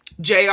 JR